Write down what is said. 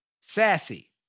Sassy